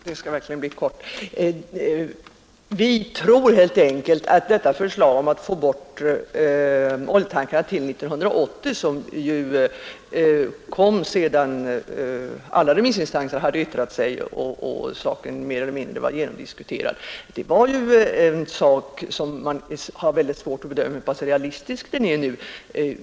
Herr talman! Det skall verkligen bli ett kort genmäle. Detta förslag om att få bort oljetankarna till 1980, som ju kom sedan alla remissinstanser hade yttrat sig och saken mer eller mindre var genomdiskuterad, tror vi helt enkelt är någonting som man har väldigt svårt att bedöma det realistiska i.